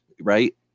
right